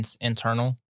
internal